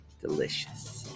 Delicious